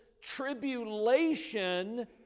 tribulation